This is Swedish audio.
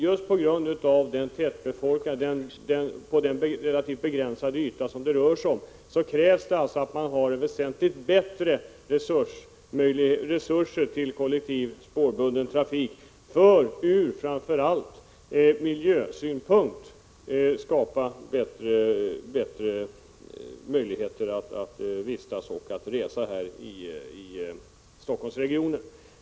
Just därför att den relativt begränsade yta som det här rör sig om är tätbefolkad krävs det således väsentligt bättre resurser till den kollektiva spårbundna trafiken. På det sättet skapar man framför allt från miljösynpunkt bättre möjligheter för människorna att vistas och att resa i Stockholmsregionen.